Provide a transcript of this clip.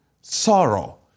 sorrow